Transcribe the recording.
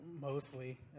mostly